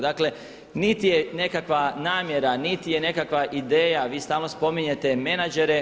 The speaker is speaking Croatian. Dakle, niti je nekakva namjera, niti je nekakva ideja, vi stalno spominjete menadžere.